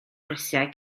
grisiau